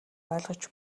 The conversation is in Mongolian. ойлгож